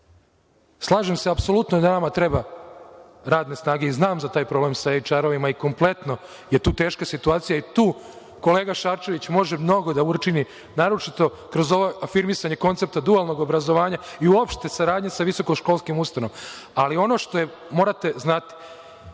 se apsolutno da nama treba radne snage i znam za taj problem sa HR-ovima i kompletno je tu teška situacija i tu kolega Šarčević može mnogo da učini, naročito kroz ovo afirmisanje koncepta dualnog obrazovanja i uopšte saradnjom sa visokoškolskim ustanovama. Ali, ono što morate znati,